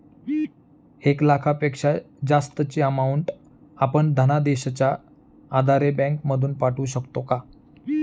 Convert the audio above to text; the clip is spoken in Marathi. एक लाखापेक्षा जास्तची अमाउंट आपण धनादेशच्या आधारे बँक मधून पाठवू शकतो का?